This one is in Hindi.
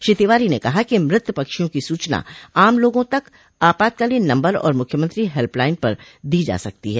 श्री तिवारी ने कहा कि मृत पक्षियों की सूचना आम लोगा द्वारा आपातकालीन नम्बर और मुख्यमंत्री हेल्पलाइन पर दी जा सकती है